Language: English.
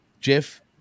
Jeff